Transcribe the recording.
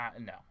No